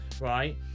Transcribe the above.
right